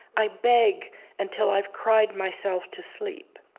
i beg until i've cried myself to sleep.